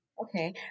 okay